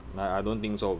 like I don't think so